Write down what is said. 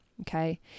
Okay